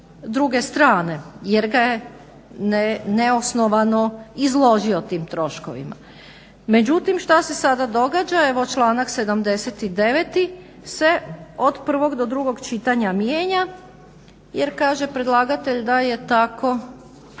druge strane jer ga je neosnovano izložio tim troškovima. Međutim, šta se sada događa. Evo članak 79. se od prvog do drugog čitanja mijenja, jer kaže predlagatelj da je tako